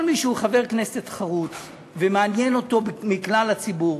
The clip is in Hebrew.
כל מי שהוא חבר כנסת חרוץ ומעניין אותו כלל הציבור